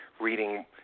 reading